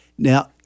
Now